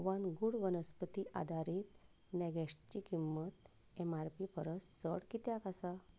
one गुड वनस्पती आदारीत नॅगेट्सची किंमत ऍम आर पी परस चड कित्याक आसा